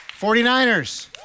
49ers